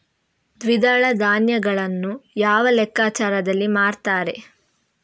ದ್ವಿದಳ ಧಾನ್ಯಗಳನ್ನು ಯಾವ ಲೆಕ್ಕಾಚಾರದಲ್ಲಿ ಮಾರ್ತಾರೆ?